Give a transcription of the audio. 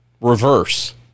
reverse